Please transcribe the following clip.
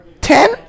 ten